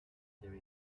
there